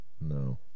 No